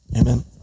Amen